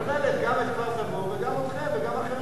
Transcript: היא כוללת גם את כפר-תבור וגם אתכם וגם אחרים,